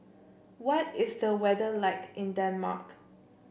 what is the weather like in Denmark